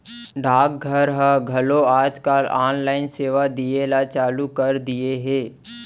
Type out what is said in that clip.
डाक घर ह घलौ आज काल ऑनलाइन सेवा दिये ल चालू कर दिये हे